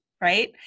right